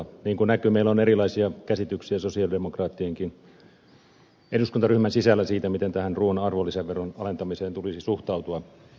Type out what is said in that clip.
niin kuin näkyy meillä on erilaisia käsityksiä sosialidemokraattienkin eduskuntaryhmän sisällä siitä miten tähän ruuan arvonlisäveron alentamiseen tulisi suhtautua